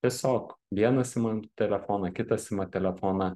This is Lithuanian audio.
tiesiog vienas imam telefoną kitas ima telefoną